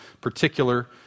particular